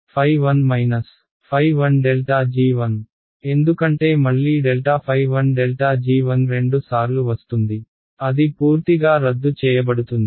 g1 ∇ ɸ1 ɸ1∇ g1 ఎందుకంటే మళ్లీ ∇ ɸ1∇ g1 రెండు సార్లు వస్తుంది అది పూర్తిగా రద్దు చేయబడుతుంది